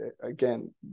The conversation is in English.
again